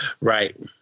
Right